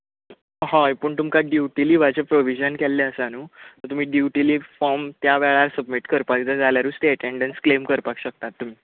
हय पूण तुमकां ड्युटी लिव्हांचें प्रोविजन केल्लें आसा न्हय सो तुमी ड्युटी लिव्ह फोर्म त्या वेळार सबमीट करपाकजाय जाल्यरूच एटँडंस क्लैम करपाक शकतात तुमी